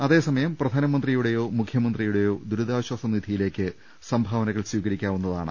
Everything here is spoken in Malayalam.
അതേസമയം പ്രധാനമന്ത്രിയുടേയോ മുഖ്യമന്ത്രിയുടേയോ ദുരിതാശ്വാസ നിധിയിലേക്ക് സംഭാവനകൾ സ്വീകരിക്കാ വുന്നതാണ്